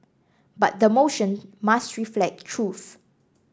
but the motion must reflect the truth